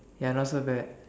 ya not so bad